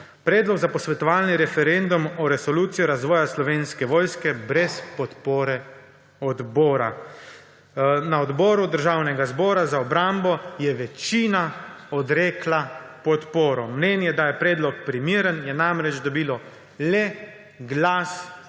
predlog za posvetovalni referendum o resoluciji razvoja Slovenske vojske brez podpore odbora. Na Odboru Državnega zbora za obrambo je večina odrekla podporo. Mnenje, da je predlog primeren, je namreč dobilo le glas podpore,